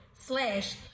slash